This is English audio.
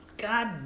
God